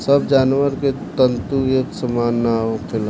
सब जानवर के तंतु एक सामान ना होखेला